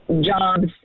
jobs